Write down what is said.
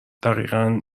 دقیقن